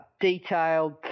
Detailed